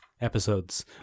episodes